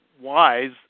wise